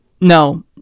no